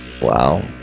Wow